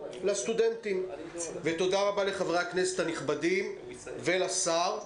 לסטודנטים ותודה רבה לחברי הכנסת הנכבדים ולשר.